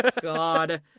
God